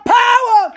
power